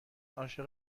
عاشق